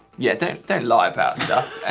yeah, don't lie about stuff.